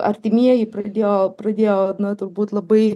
artimieji pradėjo pradėjo nu turbūt labai